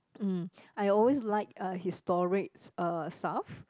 mm I always like uh historic uh stuff